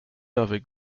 avec